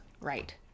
right